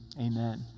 amen